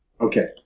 Okay